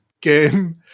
game